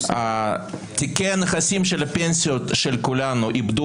תיקי הנכסים של הפנסיות של כולנו איבדו